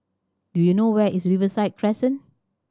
do you know where is Riverside Crescent